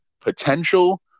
potential